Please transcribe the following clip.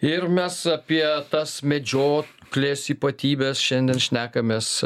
ir mes apie tas medžioklės ypatybės šiandien šnekamės